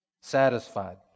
Satisfied